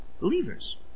believers